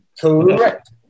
Correct